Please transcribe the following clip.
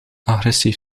agressief